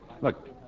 Look